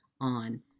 on